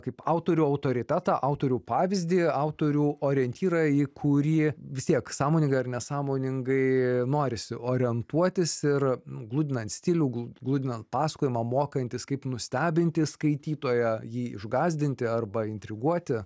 kaip autorių autoritetą autorių pavyzdį autorių orientyrą į kurį vis tiek sąmoningai ar nesąmoningai norisi orientuotis ir gludinant stilių gludinant pasakojimą mokantis kaip nustebinti skaitytoją jį išgąsdinti arba intriguoti